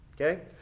okay